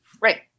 Right